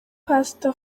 pastor